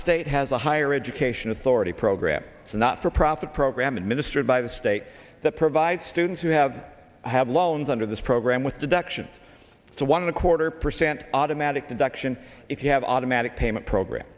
state has a higher education authority program it's not for profit program administered by the state that provides students who have had loans under this program with deduction so one of the quarter percent automatic deduction if you have automatic payment program